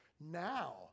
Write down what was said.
now